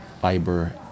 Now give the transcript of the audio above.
fiber